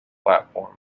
platform